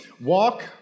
walk